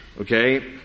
okay